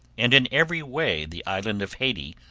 and in every way the island of hayti,